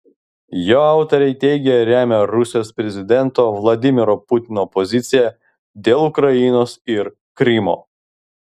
jo autoriai teigia remią rusijos prezidento vladimiro putino poziciją dėl ukrainos ir krymo